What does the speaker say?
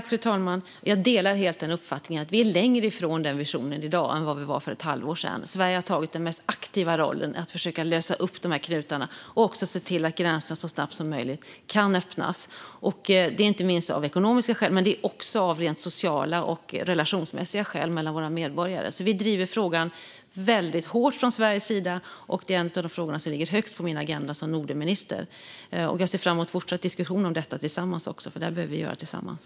Fru talman! Jag delar helt uppfattningen att vi är längre från den visionen i dag än vi var för ett halvår sedan. Sverige har tagit den mest aktiva rollen när det gäller att försöka lösa upp knutarna och se till att gränsen så snabbt som möjligt kan öppnas - inte minst av ekonomiska skäl, men också av sociala skäl och med tanke på relationerna mellan våra medborgare. Vi driver alltså frågan väldigt hårt från Sveriges sida. Det är en av de frågor som står högst på min agenda som Nordenminister. Jag ser också fram emot fortsatt diskussion, för det här behöver vi göra tillsammans.